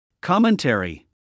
Commentary